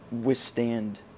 withstand